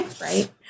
Right